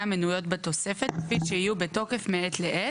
מנויות בתוספת כפי שיהיו בתוקף מעת לעת.